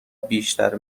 بیشتر